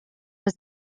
bez